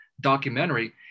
documentary